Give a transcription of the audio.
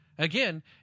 Again